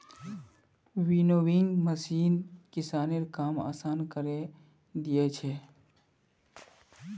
winnowing machine किसानेर काम आसान करे दिया छे